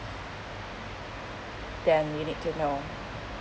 then you need to know